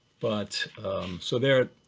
but so there it,